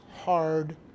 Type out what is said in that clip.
hard